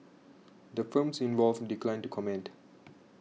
the firms involved declined to comment